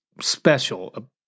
special